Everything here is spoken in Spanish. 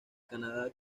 canadá